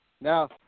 Now